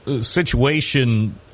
situation